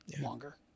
longer